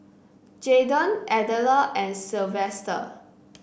Jaeden Adella and Silvester